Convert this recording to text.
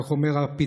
איך אומר הפתגם?